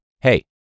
Hey